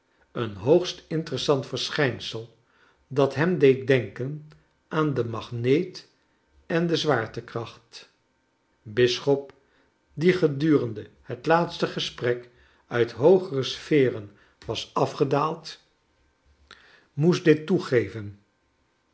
een hoogst interessant verschijnsel dat hem deed denken aan de magneet en de zwaartekracht bisschop die gedurende het laatste gesprek uit hoogere sferen was afkleine dorrit gedaald moest dit toegeven